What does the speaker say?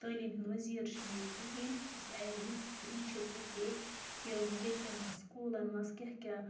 تعلیٖم ہُنٛد ؤزیٖر چھُنہٕ ییٚتہِ کِہیٖنۍ یُس وُچِتھ ہٮ۪کہِ ہے کہ ییٚتہِ کیٚن سکوٗلَن منٛز کیٛاہ کیٛاہ